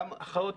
גם אחות